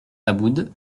aboud